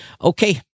Okay